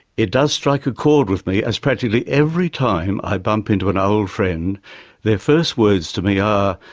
it does strike a chord with me as practically every time i bump into an old friend their first words to me are,